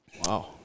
Wow